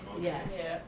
Yes